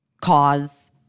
cause